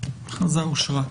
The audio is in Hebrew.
הצבעה אושרה.